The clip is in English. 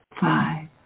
Five